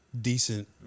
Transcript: decent